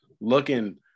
Looking